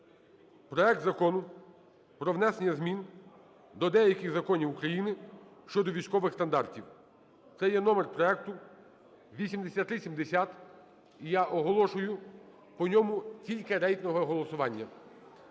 Проект Закону про внесення змін до деяких законів України щодо військових стандартів. Це є номер проекту 8370. І я оголошую по ньому тільки рейтингове голосування.